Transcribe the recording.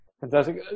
Fantastic